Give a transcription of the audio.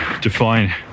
define